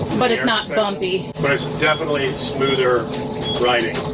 but it's not bumpy. but it's definitely smoother riding.